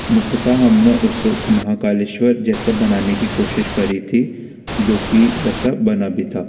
मुख्यतः हमने उस महाकालेश्वर जैसा बनाने की कोशिश करी थी जो कि वैसा बना भी था